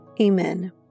Amen